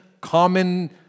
common